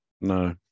No